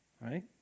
right